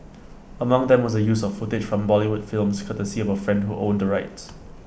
among them was the use of footage from Bollywood films courtesy of A friend who owned the rights